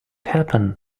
happen